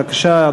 בבקשה,